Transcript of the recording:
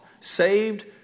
saved